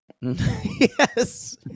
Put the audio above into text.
Yes